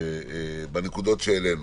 הנקודות שהעלינו.